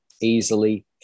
easily